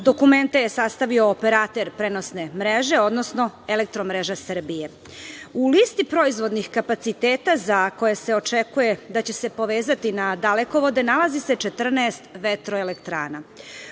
Dokumenta je sastavio operater prenosne mreže, odnosno Elektromreža Srbije.U listi proizvodnih kapaciteta, za koje se očekuje da će se povezati na dalekovode, nalazi se 14 vetroelektrana.